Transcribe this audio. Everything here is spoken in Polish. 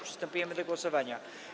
Przystępujemy do głosowania.